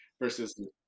Versus